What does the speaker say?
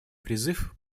призыв